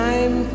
Time